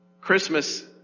Christmas